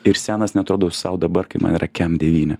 ir senas neatrodau sau dabar kai man yra kem devyni